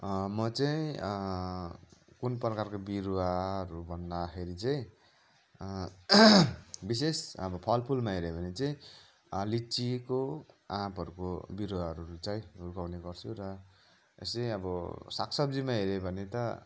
म चाहिँ कुन प्रकारको बिरुवाहरू भन्दाखेरि चाहिँ विशेष अब फलफुलमा हेर्यो भने चाहिँ लिचीको आँपहरूको बिरुवाहरू चाहिँ उगाउने गर्छु र यसै अब सागसब्जीमा हेर्यो भने त